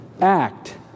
act